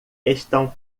estão